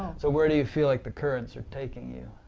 so where do you feel like the currents are taking you?